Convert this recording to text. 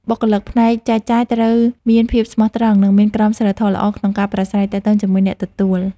បុគ្គលិកផ្នែកចែកចាយត្រូវមានភាពស្មោះត្រង់ និងមានក្រមសីលធម៌ល្អក្នុងការប្រាស្រ័យទាក់ទងជាមួយអ្នកទទួល។